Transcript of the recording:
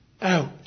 out